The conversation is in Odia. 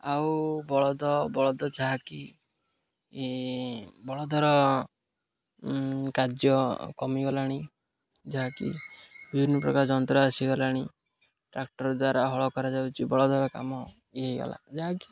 ଆଉ ବଳଦ ବଳଦ ଯାହାକି ବଳଦର କାର୍ଯ୍ୟ କମିଗଲାଣି ଯାହାକି ବିଭିନ୍ନପ୍ରକାର ଯନ୍ତ୍ର ଆସିଗଲାଣି ଟ୍ରାକ୍ଟର୍ ଦ୍ୱାରା ହଳ କରାଯାଉଛି ବଳଦର କାମ ଇଏ ହୋଇଗଲା ଯାହାକି